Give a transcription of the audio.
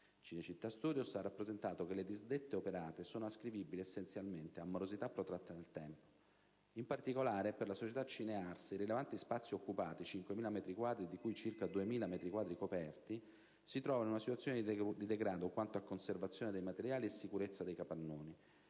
imprenditoriali, rappresentando che le disdette operate sono ascrivibili essenzialmente a morosità protratte nel tempo e che, in particolare per la società Cinears, i rilevanti spazi occupati (5.000 metri quadri, di cui circa 2.000 metri quadri coperti) si trovano in situazione di degrado quanto a conservazione dei materiali e sicurezza dei capannoni.